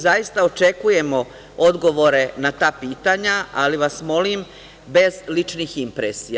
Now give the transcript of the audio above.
Zaista, očekujemo odgovore na ta pitanja, ali vas molim bez ličnih impresija.